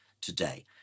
today